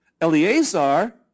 Eleazar